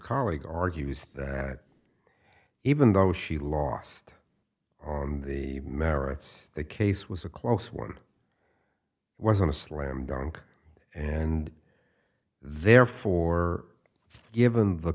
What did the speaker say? colleague argues that even though she lost on the merits the case was a close one wasn't a slam dunk and therefore given the